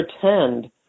Pretend